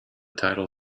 title